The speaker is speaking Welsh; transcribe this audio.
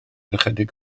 ychydig